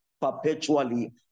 perpetually